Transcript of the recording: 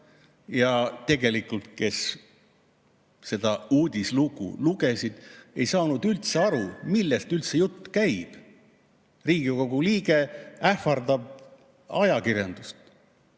antud. Need, kes seda uudislugu lugesid, ei saanud üldse aru, millest jutt käib. Riigikogu liige ähvardab ajakirjandust,